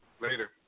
Later